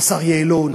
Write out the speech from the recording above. השר יעלון,